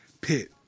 pit